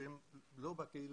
שהם לא בקהילה,